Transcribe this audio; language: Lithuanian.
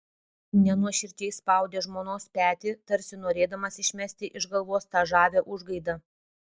nenuoširdžiai spaudė žmonos petį tarsi norėdamas išmesti iš galvos tą žavią užgaidą